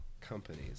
companies